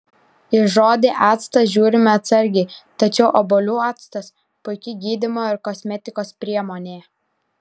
į žodį actas žiūrime atsargiai tačiau obuolių actas puiki gydymo ir kosmetikos priemonė